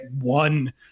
one